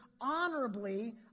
honorably